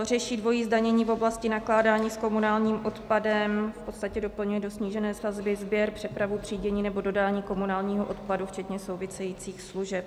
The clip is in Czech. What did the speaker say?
Řeší dvojí zdanění v oblasti nakládání s komunálním odpadem, v podstatě doplňuje do snížené sazby sběr, přepravu, třídění nebo dodání komunálního odpadu včetně souvisejících služeb.